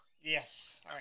Yes